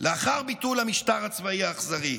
לאחר ביטול המשטר הצבאי האכזרי.